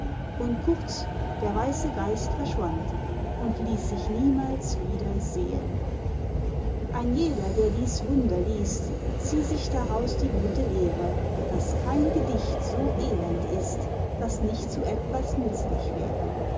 und kurz der weiße geist verschwand und ließ sich niemals wieder sehen ein jeder der dies wunder liest zieh sich daraus die gute lehre daß kein gedicht so elend ist daß nicht zu etwas nützlich wäre